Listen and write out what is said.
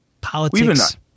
politics